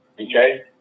Okay